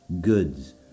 Goods